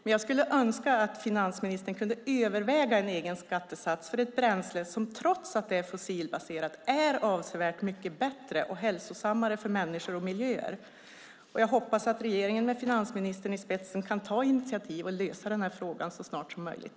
Men jag skulle önska att finansministern kunde överväga en egen skattesats för ett bränsle som trots att det är fossilbaserat är avsevärt mycket bättre och hälsosammare för människor och miljö. Jag hoppas att regeringen med finansministern i spetsen kan ta initiativ och lösa denna fråga så snart som möjligt.